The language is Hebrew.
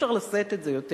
אי-אפשר לשאת את זה יותר,